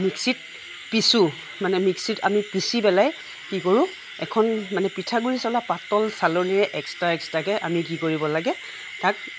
মিক্সিত পিছোঁ মানে মিক্সিত আমি পিছি পেলাই কি কৰোঁ এখন মানে পিঠাগুৰি চলা পাতল চালনিৰে এক্সট্ৰা এক্সট্ৰাকৈ আমি কি কৰিব লাগে তাক